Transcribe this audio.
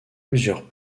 plusieurs